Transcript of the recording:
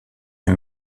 est